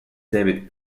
david